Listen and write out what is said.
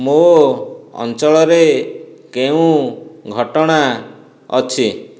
ମୋ ଅଞ୍ଚଳରେ କେଉଁ ଘଟଣା ଅଛି